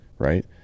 Right